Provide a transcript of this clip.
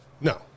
no